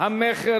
המכר